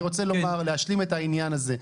כן, אני רוצה להשלים את העניין הזה.